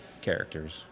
characters